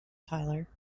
tyler